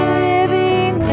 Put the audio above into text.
living